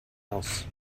else